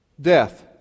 death